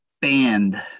band